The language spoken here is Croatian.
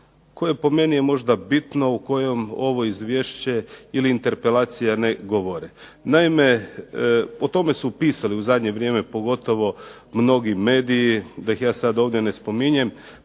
koje po meni je možda bitno u kojem ovo izvješće ili interpelacija ne govore. Naime, o tome su pisali u zadnje vrijeme pogotovo mnogi mediji da ih ja sad ovdje ne spominjem,